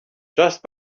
just